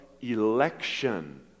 election